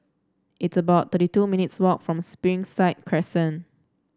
it's about thirty two minutes' walk from Springside Crescent